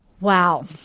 Wow